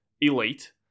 elite